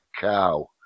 cow